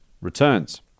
returns